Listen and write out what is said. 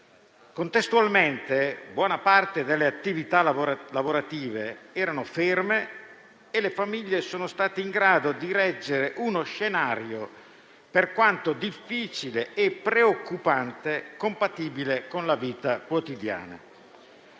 Contestualmente, buona parte delle attività lavorative era ferma e le famiglie sono state in grado di reggere uno scenario, per quanto difficile e preoccupante, compatibile con la vita quotidiana.